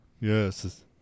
Yes